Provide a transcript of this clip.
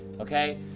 okay